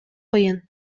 кыйын